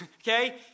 Okay